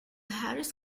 harris